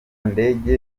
ndege